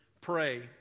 pray